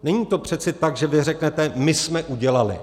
Není to přece tak, že vy řeknete: my jsme udělali.